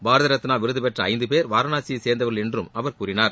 பாரத ரத்னா விருது பெற்ற ஐந்து பேர் வாரணாசியை சேர்ந்தவர்கள் என்றும் அவர் கூறினார்